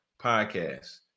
podcast